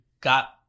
got